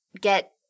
get –